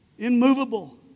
Immovable